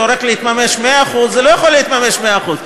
זה הולך להתממש 100% זה לא יכול להתממש 100%,